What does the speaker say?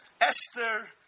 Esther